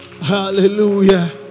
Hallelujah